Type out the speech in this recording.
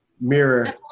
mirror